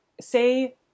say